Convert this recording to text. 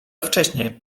wcześnie